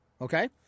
Okay